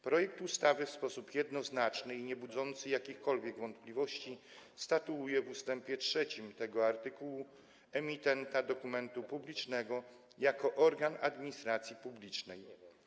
Projekt ustawy w sposób jednoznaczny i niebudzący jakichkolwiek wątpliwości statuuje w ust. 3 tego artykułu emitenta dokumentu publicznego jako organ administracji publicznej.